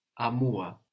-amua